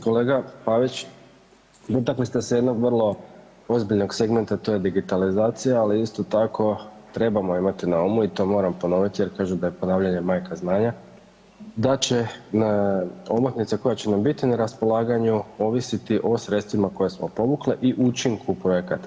Kolega Pavić, dotakli ste se jednog vrlo ozbiljnog segmenta, to je digitalizacija, ali isto tako trebamo imati na umu i to moram ponoviti jer kažu da je ponavljanje majka znanja, da će omotnica koja će nam biti na raspolaganju ovisiti o sredstvima koje smo povukle i učinku projekata.